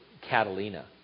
Catalina